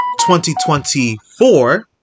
2024